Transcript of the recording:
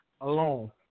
alone